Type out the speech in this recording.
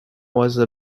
was